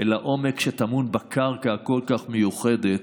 אל העומק שטמון בקרקע הכל-כך מיוחדת,